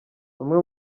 umwe